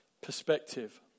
perspective